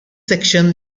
section